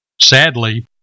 Sadly